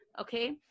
okay